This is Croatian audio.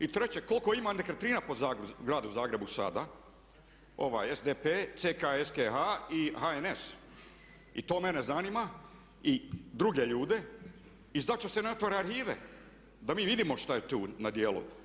I treće, koliko ima nekretnina po gradu Zagrebu sada, ovaj SDP SKH i HNS i to mene zanima i druge ljude … na to arhive da mi vidimo šta je tu na djelu.